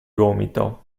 gomito